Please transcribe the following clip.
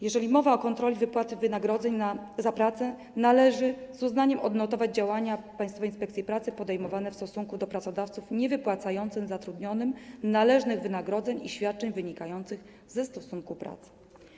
Jeżeli mowa o kontroli wypłaty wynagrodzeń za pracę, należy z uznaniem odnotować działania Państwowej Inspekcji Pracy podejmowane w stosunku do pracodawców niewypłacających zatrudnionym należnych wynagrodzeń i świadczeń wynikających ze stosunku pracy.